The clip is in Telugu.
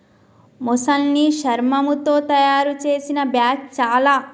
మొసలి శర్మముతో తాయారు చేసిన బ్యాగ్ చాల